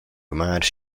managed